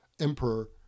emperor